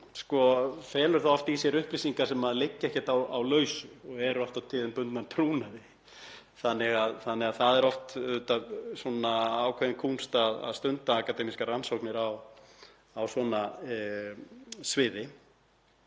þá felur það oft í sér upplýsingar sem liggja ekki á lausu og eru oft og tíðum bundnar trúnaði. Því er oft ákveðin kúnst að stunda akademískar rannsóknir á svona sviði